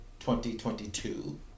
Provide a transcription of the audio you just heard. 2022